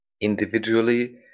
individually